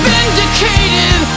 Vindicated